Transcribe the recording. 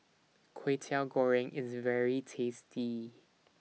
Kway Teow Goreng IS very tasty